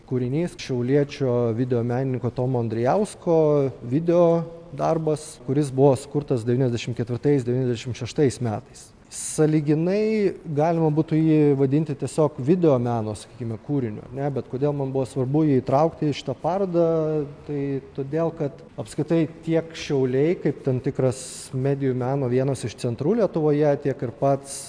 kūrinys šiauliečio videomeniniko tomo andrijausko video darbas kuris buvo sukurtas devyniasdešim ketvirtais devyniasdešim šeštais metais sąlyginai galima būtų jį vadinti tiesiog videomeno sakykime kūriniu ane bet kodėl man buvo svarbu jį įtraukti į šitą parodą tai todėl kad apskritai tiek šiauliai kaip tam tikras medijų meno vienas iš centrų lietuvoje tiek ir pats